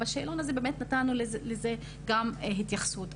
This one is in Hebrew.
בשאלון הזה באמת נתנו לזה גם התייחסות.